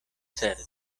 certa